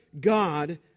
God